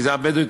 מגזר בדואי,